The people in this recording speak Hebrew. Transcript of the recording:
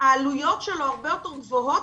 העלויות של משרד החינוך הרבה יותר גבוהות,